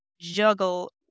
juggle